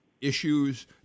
issues